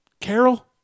Carol